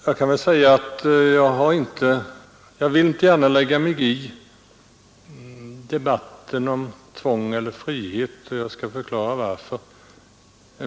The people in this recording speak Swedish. Jag vill inte gärna lägga mig i debatten om tvång eller frihet, och jag skall förklara varför.